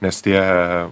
nes tie